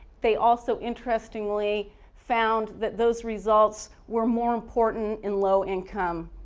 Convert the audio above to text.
they also interestingly found that those results were more important in low income